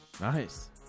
nice